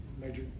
major